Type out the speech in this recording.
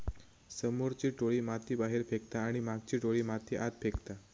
समोरची टोळी माती बाहेर फेकता आणि मागची टोळी माती आत फेकता